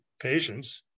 patients